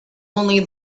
only